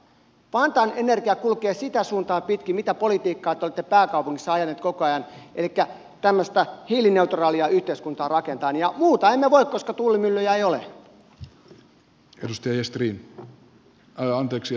vantaan energia kulkee sitä suuntaa pitkin mitä politiikkaa te olitte pääkaupungissa ajaneet koko ajan elikkä tämmöistä hiilineutraalia yhteiskuntaa rakentaen ja muuta emme voi koska tuulimyllyjä ei ole